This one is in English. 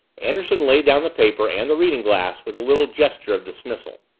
anderson laid down the paper and the reading glass with a little gesture of dismissal.